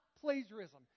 plagiarism